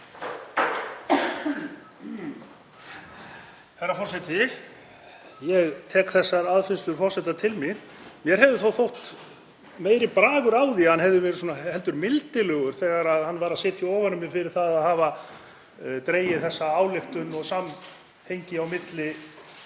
Herra forseti. Ég tek þessar aðfinnslur forseta til mín. Mér hefði þó þótt meiri bragur að því ef hann hefði verið heldur mildilegri þegar hann var að setja ofan í við mig fyrir að hafa dregið þessa ályktun og samhengi á milli